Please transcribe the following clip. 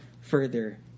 further